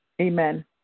amen